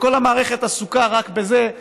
וכל המערכת עסוקה רק בזה.